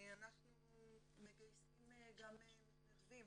אנחנו מגייסים גם מתנדבים